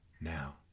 Now